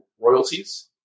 royalties